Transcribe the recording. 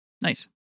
Nice